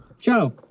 Joe